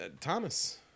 Thomas